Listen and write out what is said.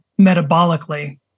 metabolically